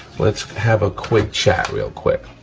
let's have a quick chat real quick.